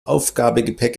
aufgabegepäck